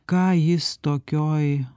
ką jis tokioj